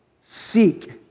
Seek